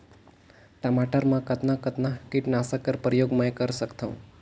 टमाटर म कतना कतना कीटनाशक कर प्रयोग मै कर सकथव?